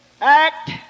act